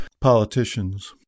politicians